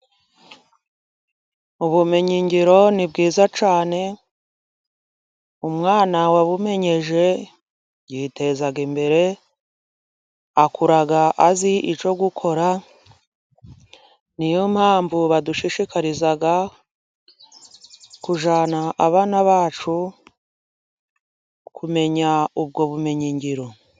Ubumenyi ngiro ni bwiza cyane，umwana wabumenyereje yiteza imbere， akura azi icyo gukora， ni yo mpamvu badushishikariza kujyana abana bacu，kumenya ubwo bumenyi ngiro.